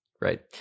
Right